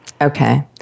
Okay